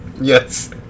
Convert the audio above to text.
Yes